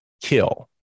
kill